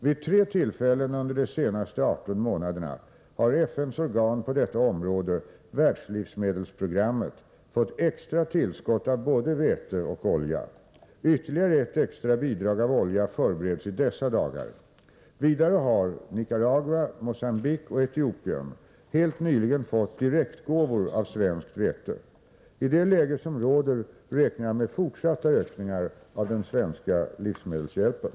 Vid tre tillfällen under de senaste 18 månaderna har FN:s organ på detta område, Världslivsmedelsprogrammet, fått extra tillskott av både vete och olja. Ytterligare ett extra bidrag av olja förbereds i dessa dagar. Vidare har Nicaragua, Mogambique och Etiopien helt nyligen fått direktgåvor av svenskt vete. I det läge som råder räknar jag med fortsatta ökningar av den svenska livsmedelshjälpen.